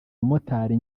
umumotari